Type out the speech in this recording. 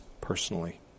personally